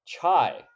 Chai